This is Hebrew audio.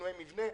שינויי מבנה.